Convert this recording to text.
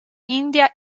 india